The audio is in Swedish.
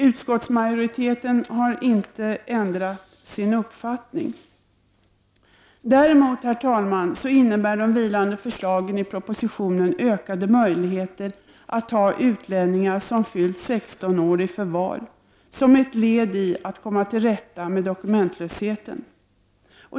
Utskottsmajoriteten har inte ändrat sin uppfattning. Däremot, herr talman, innebär de vilande förslagen i propositionen ökade möjligheter att ta utlänningar som fyllt 16 år i förvar, som ett led i att man skall komma till rätta med dokumentlösheten.